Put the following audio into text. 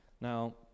Now